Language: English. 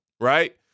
right